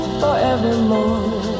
forevermore